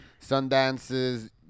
Sundance's